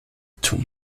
too